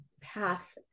path